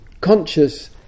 conscious